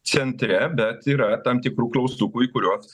centre bet yra tam tikrų klaustukų į kuriuos